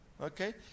Okay